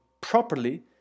properly